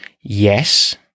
yes